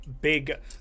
big